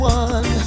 one